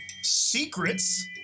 Secrets